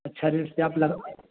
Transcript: اچھا ریٹ سے آپ لگا